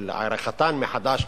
של עריכתן מחדש,